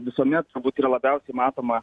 visuomet turbūt yra labiausiai matoma